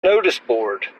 noticeboard